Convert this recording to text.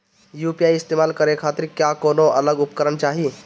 UPI इस्तेमाल करने खातिर क्या कौनो अलग उपकरण चाहीं?